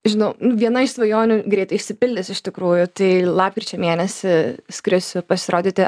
žinau viena iš svajonių greitai išsipildys iš tikrųjų tai lapkričio mėnesį skrisiu pasirodyti